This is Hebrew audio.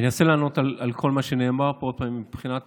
אני אנסה לענות על כל מה שנאמר פה, גם מבחינת